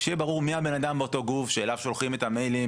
שיהיה ברור מי הבן אדם באותו גוף שאליו שולחים את המיילים,